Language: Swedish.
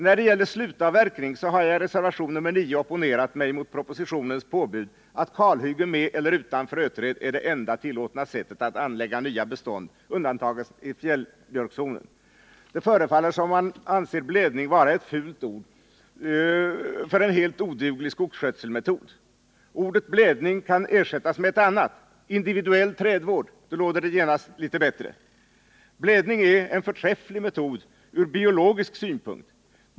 När det gäller slutavverkning har jag i reservation 9 opponerat mig mot propositionens påbud att kalhyggen med eller utan fröträd är det enda tillåtna sättet att anlägga nya bestånd, undantagandes fjällbjörkszonen. Det förefaller som om man ansåg blädning vara ett fult ord, som innebär en helt oduglig skogsskötselmetod. Ordet blädning kan ersättas med ett annat uttryck: individuell trädvård. Det låter genast litet bättre. Blädning är en förträfflig metod från biologisk synpunkt.